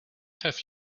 have